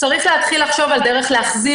צריך להתחיל לחשוב להחזיר,